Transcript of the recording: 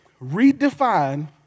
Redefine